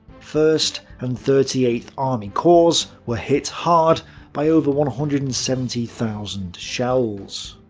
first and thirty eighth army corps were hit hard by over one hundred and seventy thousand shells.